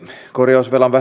korjausvelan